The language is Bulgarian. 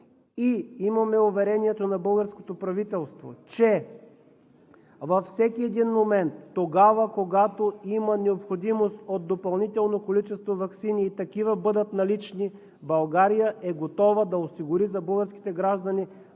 и имаме уверението на българското правителство, че във всеки един момент тогава, когато има необходимост от допълнително количество ваксини и такива бъдат налични, България е готова да осигури за българските граждани